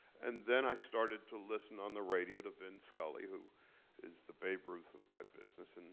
and then i started to listen on the radio to vin scully, who is the babe ruth of my business. and